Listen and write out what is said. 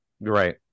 right